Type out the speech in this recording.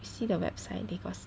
see the website they got